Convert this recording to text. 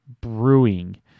brewing